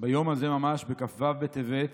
ביום הזה ממש, בכ"ו בטבת,